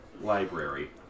library